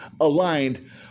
aligned